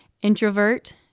Introvert